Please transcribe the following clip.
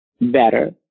better